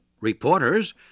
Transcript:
Reporters